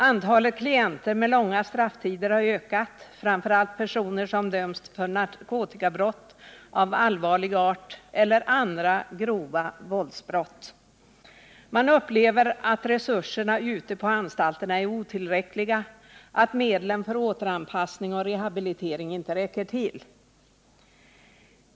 Antalet klienter med långa strafftider har ökat, framför allt personer som dömts för narkotikabrott av allvarlig art eller grova våldsbrott. Man upplever att resurserna ute på anstalterna är otillräckliga, att medlen för återanpassning och rehabilitering inte räcker till.